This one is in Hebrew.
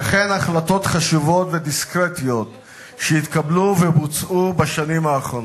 וכן החלטות חשובות ודיסקרטיות שהתקבלו ובוצעו בשנים האחרונות.